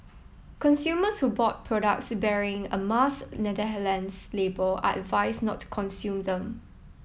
consumers who bought products bearing a Mars label are advised not to consume them